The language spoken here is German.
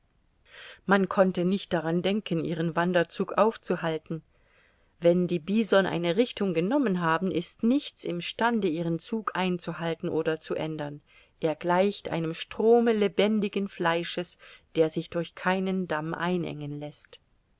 man konnte nicht daran denken ihren wanderzug aufzuhalten wann die bison eine richtung genommen haben ist nichts im stande ihren zug einzuhalten oder zu ändern er gleicht einem strome lebendigen fleisches der sich durch keinen damm einengen läßt